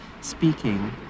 speaking